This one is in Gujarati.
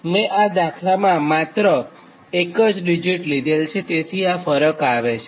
મેં આ દાખલામાં માત્ર એક જ ડિજીટ લીધેલ છેતેથી આ ફરક આવે છે